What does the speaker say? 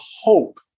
hope